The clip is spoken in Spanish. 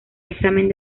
examen